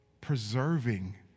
preserving